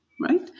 right